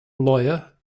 lawyer